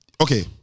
okay